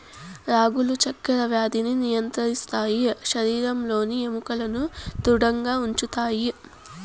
రాగులు చక్కర వ్యాధిని నియంత్రిస్తాయి శరీరంలోని ఎముకలను ధృడంగా ఉంచుతాయి